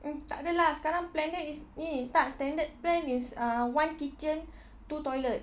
mm tak ada lah sekarang plan dia is ini tak standard plan is one uh kitchen two toilet